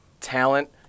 talent